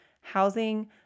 housing